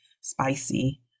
spicy